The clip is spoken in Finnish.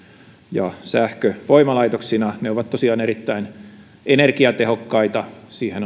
ja sähkövoimalaitoksina ne ovat tosiaan erittäin energiatehokkaita